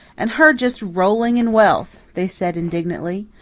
and her just rolling in wealth! they said indignantly.